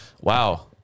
Wow